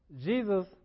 Jesus